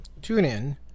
TuneIn